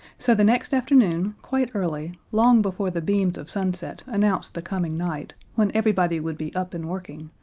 so the next afternoon, quite early, long before the beams of sunset announced the coming night, when everybody would be up and working,